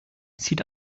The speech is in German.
sieht